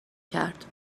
کرد